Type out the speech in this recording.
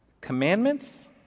Commandments